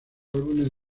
álbumes